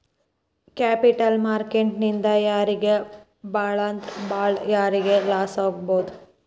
Capital market ನಿಂದಾ ಯಾರಿಗ್ ಭಾಳಂದ್ರ ಭಾಳ್ ಯಾರಿಗ್ ಲಾಸಾಗ್ಬೊದು?